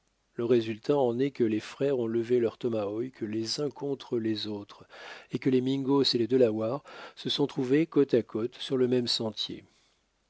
le résultat en est que les frères ont levé leurs tomahawks les uns contre les autres et que les mingos et les delawares se sont trouvés côte à côte sur le même sentier